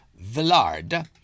Villard